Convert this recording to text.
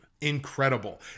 Incredible